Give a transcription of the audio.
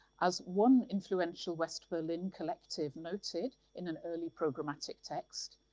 as one influential west berlin collective noted, in an early programmatic text,